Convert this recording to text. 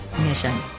Mission